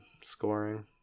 scoring